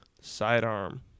Sidearm